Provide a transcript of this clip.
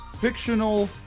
fictional